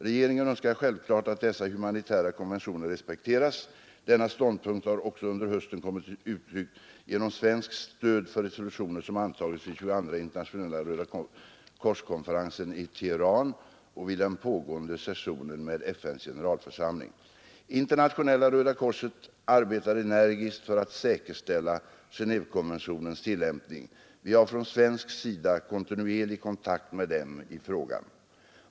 Regeringen önskar självklart att dessa humanitära konventioner respekteras. Denna ståndpunkt har också under hösten kommit till uttryck genom svenskt stöd för resolutioner som antagits vid den 22:a internationella rödakorskonferensen i Teheran och vid den pågående sessionen med FN s generalförsamling. Internationella röda korset arbetar energiskt för att säkerställa Gen&vekonventionernas tillämpning. Vi har från svensk sida kontinuerlig kontakt med dem i saken.